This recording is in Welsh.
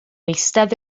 eistedd